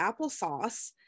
applesauce